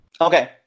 Okay